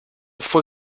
fue